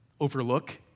overlook